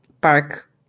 park